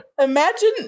imagine